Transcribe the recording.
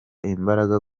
imbaraga